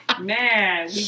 Man